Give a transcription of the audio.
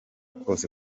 kose